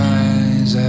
eyes